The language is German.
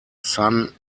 san